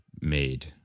made